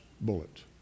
bullet